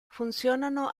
funzionano